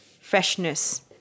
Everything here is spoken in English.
freshness